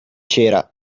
c’era